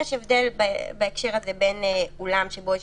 יש הבדל בהקשר הזה בין אולם שבו יש